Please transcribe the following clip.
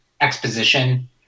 exposition